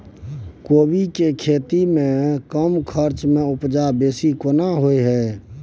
कोबी के खेती में कम खर्च में उपजा बेसी केना होय है?